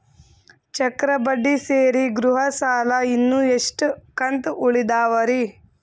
ಚಕ್ರ ಬಡ್ಡಿ ಸೇರಿ ಗೃಹ ಸಾಲ ಇನ್ನು ಎಷ್ಟ ಕಂತ ಉಳಿದಾವರಿ?